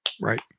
Right